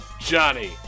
Johnny